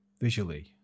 visually